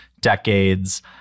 decades